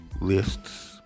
lists